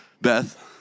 Beth